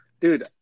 dude